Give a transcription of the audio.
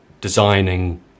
designing